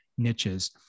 niches